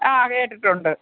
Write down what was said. ആ കേട്ടിട്ടുണ്ട്